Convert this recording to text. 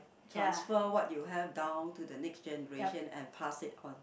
transfer what you have down to the next generation and pass it on